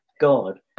God